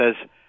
says